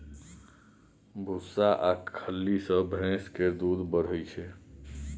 भुस्सा आ खल्ली सँ भैंस केर दूध बढ़ि जाइ छै